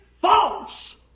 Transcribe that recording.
false